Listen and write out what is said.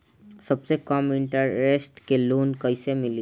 सबसे कम इन्टरेस्ट के लोन कइसे मिली?